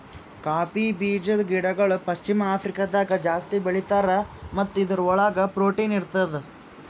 cowpea ಬೀಜದ ಗಿಡಗೊಳ್ ಪಶ್ಚಿಮ ಆಫ್ರಿಕಾದಾಗ್ ಜಾಸ್ತಿ ಬೆಳೀತಾರ್ ಮತ್ತ ಇದುರ್ ಒಳಗ್ ಪ್ರೊಟೀನ್ ಇರ್ತದ